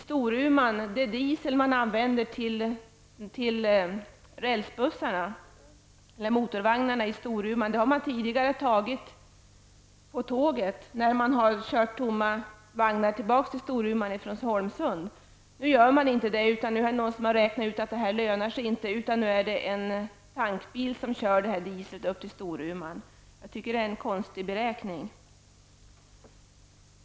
Storuman har man tidigare transporterat på tåg som har kört med tomma vagnar tillbaka till Storuman från Holmsund. Nu gör man inte det, för någon har räknat ut att det inte lönar sig. Nu är det i stället en tankbil som kör den diesel som behövs upp till Storuman. Jag tycker att det är en konstig beräkning.